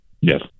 Yes